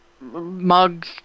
mug